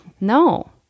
No